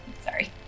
sorry